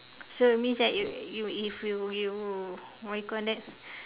so it means that you you if you you what you call that